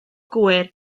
gŵyr